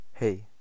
Hey